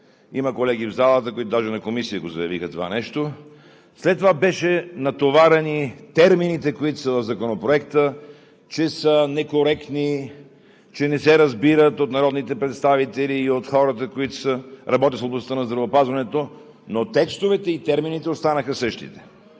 Има колеги в залата, които даже на Комисия го заявиха това нещо. След това беше, че са натоварени термините, които са в Законопроекта, че са некоректни, че не се разбират от народните представители и от хората, които работят в областта на здравеопазването, но текстовете и термините останаха същите.